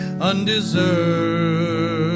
undeserved